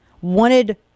wanted